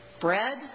bread